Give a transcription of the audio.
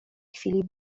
chwili